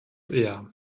eher